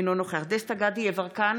אינו נוכח דסטה גדי יברקן,